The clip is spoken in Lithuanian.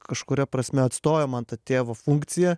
kažkuria prasme atstojo man tą tėvo funkciją